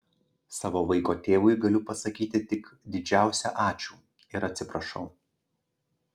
savo vaiko tėvui galiu pasakyti tik didžiausią ačiū ir atsiprašau